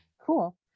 Cool